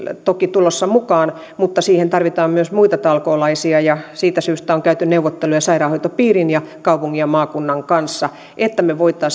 toki tulossa mukaan mutta siihen tarvitaan myös muita talkoolaisia ja siitä syystä on käyty neuvotteluja sairaanhoitopiirin ja kaupungin ja maakunnan kanssa että me voisimme